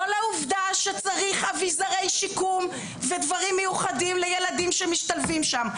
לא לעובדה שצריך אביזרי שיקום ודברים מיוחדים לילדים שמשתלבים שם.